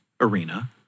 arena